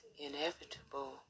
inevitable